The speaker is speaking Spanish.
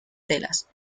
telas